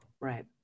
Right